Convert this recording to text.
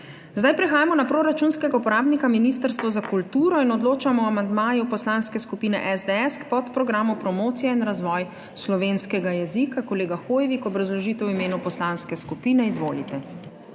Prehajamo na proračunskega uporabnika Ministrstvo za kulturo in odločamo o amandmaju Poslanske skupine SDS k podprogramu Promocija in razvoj slovenskega jezika. Kolega Hoivik, obrazložitev v imenu poslanske skupine. Izvolite.